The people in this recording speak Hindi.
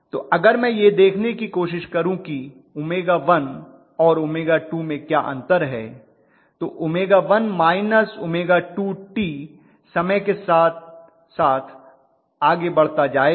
तो अगर मैं यह देखने की कोशिश करूं कि 𝝎1 और 𝝎2 में क्या अंतर है तो 𝝎1 𝝎2 t समय के साथ साथ आगे बढ़ता जायेगा